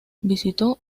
visitó